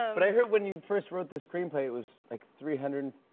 um but i heard when you first wrote this screenplay, it was like, three hundred and.